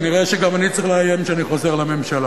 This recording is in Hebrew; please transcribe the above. אני רואה שגם אני צריך לאיים שאני חוזר לממשלה.